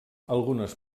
algunes